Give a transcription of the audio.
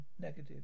Negative